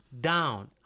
down